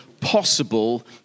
possible